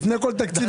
לפני כל תקציב,